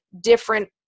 different